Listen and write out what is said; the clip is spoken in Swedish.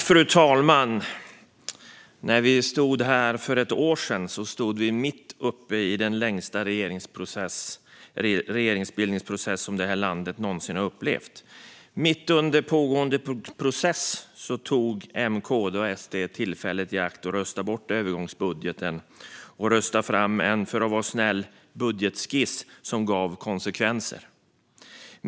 Fru talman! När vi stod här för ett år sedan stod vi mitt uppe i den längsta regeringsbildningsprocess som det här landet någonsin upplevt. Mitt under pågående process tog M, KD och SD tillfället i akt att rösta bort övergångsbudgeten och rösta fram en - för att vara snäll - budgetskiss som gav konsekvenser.